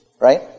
right